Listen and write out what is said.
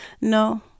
no